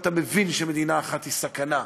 אתה מבין שמדינה אחת היא סכנה,